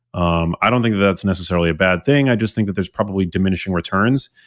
um i don't think that that's necessarily a bad thing. i just think that there's probably diminishing returns.